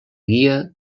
guia